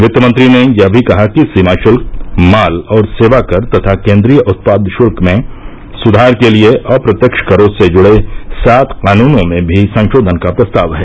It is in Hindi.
वित्तमंत्री ने यह भी कहा कि सीमा शुल्क माल और सेवाकर तथा केन्द्रीय उत्पाद शुल्क में सुधार के लिए अप्रत्यक्ष करों से जुड़े सात कानूनों में भी संशोधन का प्रस्ताव है